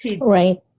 right